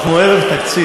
אנחנו ערב תקציב,